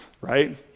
right